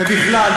ובכלל,